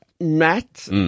Matt